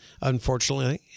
unfortunately